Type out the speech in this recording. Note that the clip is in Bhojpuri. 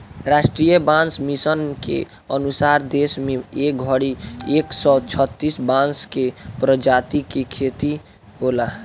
राष्ट्रीय बांस मिशन के अनुसार देश में ए घड़ी एक सौ छतिस बांस के प्रजाति के खेती होला